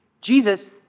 Jesus